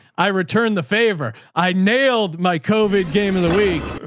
i returned the favor. i nailed my covid game in the week.